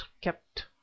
kept